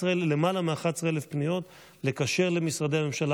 למעלה מ-11,000 פניות לקשר למשרדי הממשלה